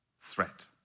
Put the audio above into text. threat